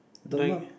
right